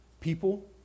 people